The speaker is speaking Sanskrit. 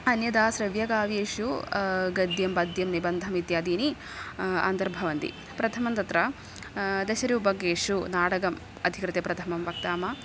अन्यथा श्रव्यकाव्येषु गद्यं पद्यं निबन्धमित्यादीनि अन्तर्भवन्ति प्रथमं तत्र दशरूपकेषु नाटकम् अधिकृत्य प्रथमं वदामः